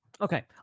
okay